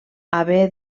haver